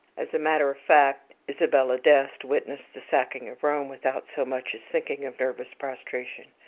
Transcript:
as a matter of fact, isabella d' este witnessed the sacking of rome without so much as thinking of nervous prostration.